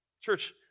Church